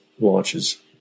launches